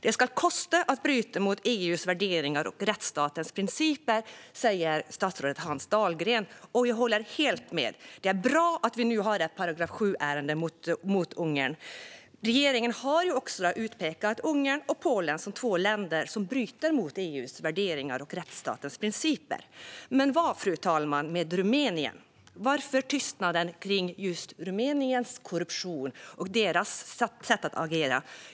Det ska kosta att bryta mot EU:s värderingar och rättsstatens principer, säger statsrådet Hans Dahlgren, och jag håller helt med. Det är bra att vi nu har ett § 7-ärende mot Ungern. Regeringen har också utpekat Ungern och Polen som två länder som bryter mot EU:s värderingar och rättsstatens principer. Men hur är det med Rumänien, fru talman? Varför tystnaden kring just Rumäniens korruption och sätt att agera?